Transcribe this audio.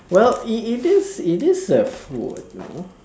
well it it is it is a food know